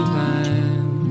time